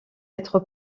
être